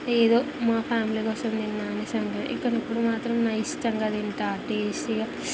ఏదో మా ఫ్యామిలీ కోసం తిన్నా అనేసి అంటుంది ఇక్కడ ఇప్పుడు మాత్రం నా ఇష్టంగా తింటాను టేస్టీగా